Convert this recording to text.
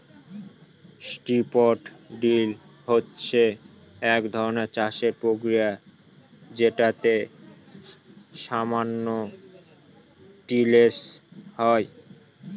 strip drill হচ্ছে এক ধরনের চাষের প্রক্রিয়া যেটাতে সামান্য টিলেজ হয়